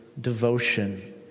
devotion